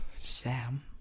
Sam